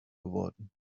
geworden